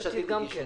יש עתיד הגישה גם.